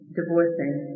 divorcing